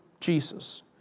Jesus